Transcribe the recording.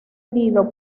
unido